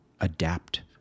adapt